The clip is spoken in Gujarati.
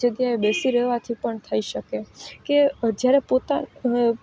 છે ત્યાં બેસી રહેવાથી પણ થઇ શકે કે જ્યારે પોતા